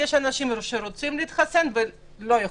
יש אנשים שרוצים להתחסן ולא יכולים.